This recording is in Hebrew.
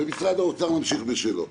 ומשרד האוצר ממשיך בשלו.